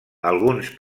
alguns